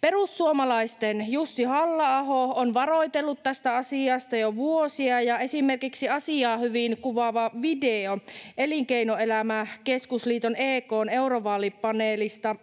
Perussuomalaisten Jussi Halla-aho on varoitellut tästä asiasta jo vuosia, ja esimerkiksi asiaa hyvin kuvaava video Elinkeinoelämän keskusliiton EK:n eurovaalipaneelista,